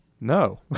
No